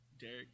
Derek